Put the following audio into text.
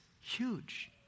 huge